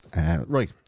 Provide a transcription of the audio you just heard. right